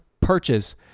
Purchase